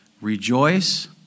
Rejoice